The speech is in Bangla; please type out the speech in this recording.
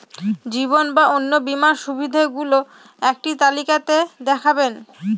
জীবন বা অন্ন বীমার সুবিধে গুলো একটি তালিকা তে দেখাবেন?